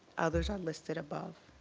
others are listed above.